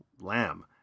Lamb